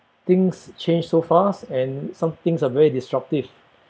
things change so fast and some things are very disruptive